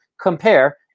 compare